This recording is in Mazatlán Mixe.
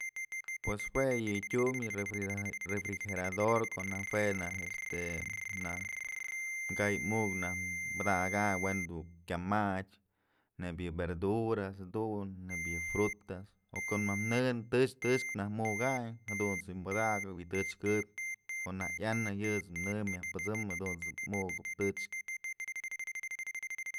Pues jue yë tyum yë refrigerador ko'o najk jue naj este najk kay muk najk padakayn we'n du kya madyë neyb yë verduras jadun neyb yë fruta o ko'o najk në tëch tëch najk mukayn jadunt's ji'im padakëp y tëch këbyë ko'o najk yanë yët's në myaj pësëmëp jadunt's mukëp tëch.